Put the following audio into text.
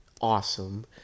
awesome